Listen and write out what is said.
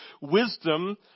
Wisdom